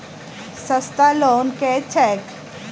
सस्ता लोन केँ छैक